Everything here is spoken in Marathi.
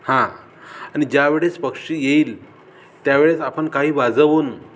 हां आणि ज्यावेळेस पक्षी येईल त्यावेळेस आपण काही वाजवून